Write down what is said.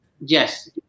Yes